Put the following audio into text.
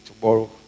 tomorrow